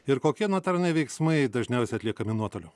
ir kokie notariniai veiksmai dažniausiai atliekami nuotoliu